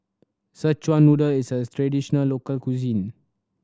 Szechuan Noodle is a traditional local cuisine